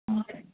ಹ್ಞೂಂ